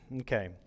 Okay